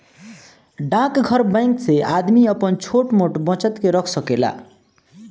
डाकघर बैंक से आदमी आपन छोट मोट बचत के रख सकेला